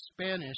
Spanish